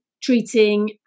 treating